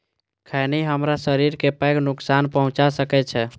खैनी हमरा शरीर कें पैघ नुकसान पहुंचा सकै छै